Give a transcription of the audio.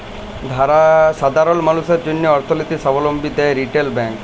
সাধারল মালুসের জ্যনহে অথ্থলৈতিক সাবলম্বী দেয় রিটেল ব্যাংক